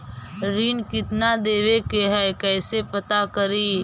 ऋण कितना देवे के है कैसे पता करी?